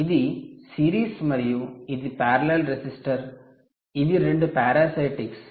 ఇది సిరీస్ మరియు ఇది పారలెల్ రెసిస్టర్ ఇవి 2 పారాసైటిక్స్